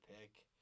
pick